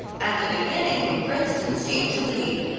at the beginning princeton seemed to lead,